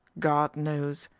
god knows.